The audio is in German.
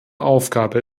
aufgabe